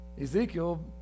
Ezekiel